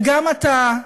וגם אתה,